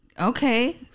Okay